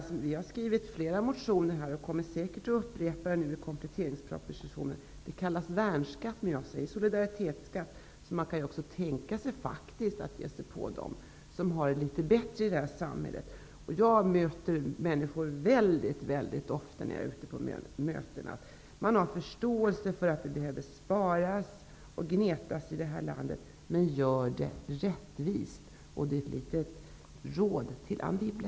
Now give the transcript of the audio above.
Vi har skrivit flera motioner och kommer säkert att göra det nu igen med anledning av kompletteringspropositionen. Det talas om värnskatt, men jag säger solidaritetsskatt. Man kan ju faktiskt också tänka sig att man skall ge sig på dem som har det litet bättre i det här samhället. Jag möter väldigt ofta människor som har förståelse för att det behöver sparas och gnetas i det här landet, men de vill att det skall göras rättvist. Det är ett litet råd till Anne Wibble.